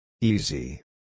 Easy